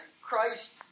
Christ